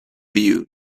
view